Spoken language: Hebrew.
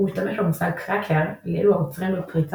הוא משתמש במושג "קראקר" לאלו העוסקים בפריצה